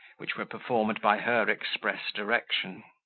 which were performed by her express direction.